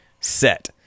set